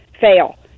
fail